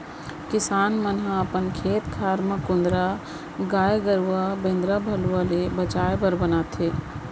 किसान मन ह अपन खेत खार म कुंदरा गाय गरूवा बेंदरा भलुवा ले बचाय बर बनाथे